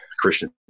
christian